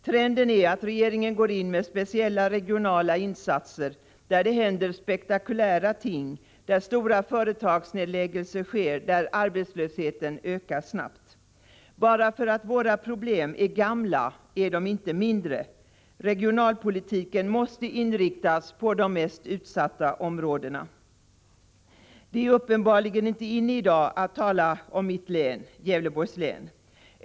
Trenden är att regeringen går in med speciella regionala insatser som innebär att det händer spektakulära ting, att stora företagsnedläggelser genomförs och att arbetslösheten ökar snabbt. Bara för att våra problem är gamla är de inte mindre. Regionalpolitiken måste inriktas på de mest utsatta områdena. Det är uppenbarligen inte inne i dag att tala om mitt län, Gävleborgs län.